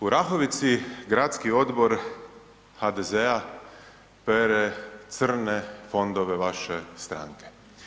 U Orahovici Gradski odbor HDZ-a pere crne fondove vaše stranke.